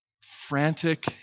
frantic